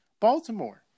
Baltimore